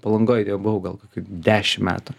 palangoj jau buvau gal kokių dešim metų